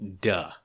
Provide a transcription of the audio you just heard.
Duh